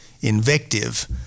invective